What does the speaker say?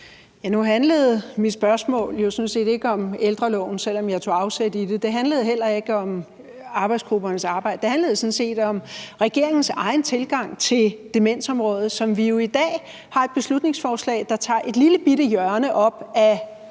(V): Nu handlede mit spørgsmål jo sådan set ikke om ældreloven, selv om jeg tog afsæt i den; det handlede heller ikke om arbejdsgruppernes arbejde. Det handlede sådan set om regeringens egen tilgang til demensområdet, hvor vi jo i dag har et beslutningsforslag, der tager et lillebitte hjørne op af,